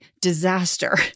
disaster